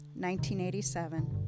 1987